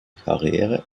karriere